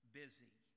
busy